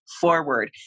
forward